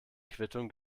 quittung